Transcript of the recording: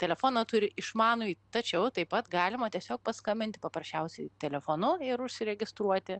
telefoną turi išmanųjį tačiau taip pat galima tiesiog paskambinti paprasčiausiai telefonu ir užsiregistruoti